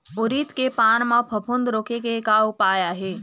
उरीद के पान म फफूंद रोके के का उपाय आहे?